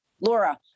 Laura